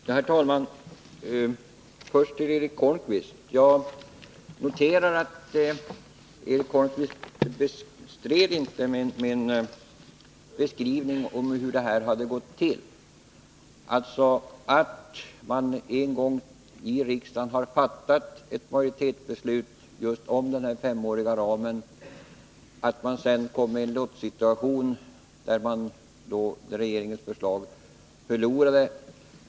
Herr talman! Först till Eric Holmqvist. Jag noterar att Eric Holmqvist inte bestred min beskrivning av hur det här hade gått till, dvs. att vi en gång i riksdagen har fattat ett majoritetsbeslut om den här femåriga ramen och att vi sedan kom i lottsituation, där regeringens förslag förlorade.